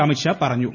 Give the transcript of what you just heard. അമിത്ഷാ പറഞ്ഞു